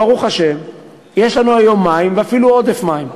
ברוך השם יש לנו היום מים, ואפילו עודף מים.